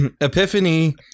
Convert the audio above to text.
Epiphany